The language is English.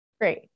Great